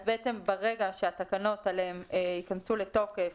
אז בעצם ברגע שהתקנות האלה ייכנסו לתוקף,